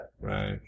Right